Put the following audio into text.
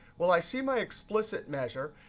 well, i see my explicit measure.